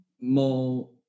more